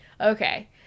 Okay